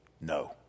no